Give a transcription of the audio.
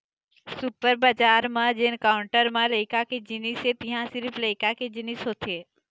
super बजार म जेन काउंटर म लइका के जिनिस हे तिंहा सिरिफ लइका के जिनिस होथे